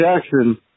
Jackson –